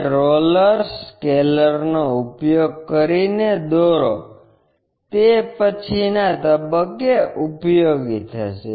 જે રોલર સ્કેલનો ઉપયોગ કરીને દોરો તે પછીના તબક્કે ઉપયોગી થશે